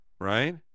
right